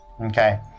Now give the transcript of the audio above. okay